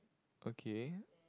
okay